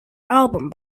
album